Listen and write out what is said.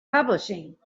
publishing